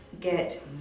get